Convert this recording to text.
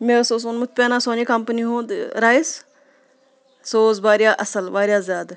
مےٚ سہ اوس اوٚنمُت پینَسونِک کَمپٔنی ہُنٛد رایس سُہ اوس واریاہ اَصٕل واریاہ زیادٕ